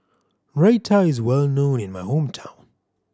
raita is well known in my hometown